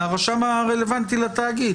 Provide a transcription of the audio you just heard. מהרשם הרלוונטי לתאגיד, לא?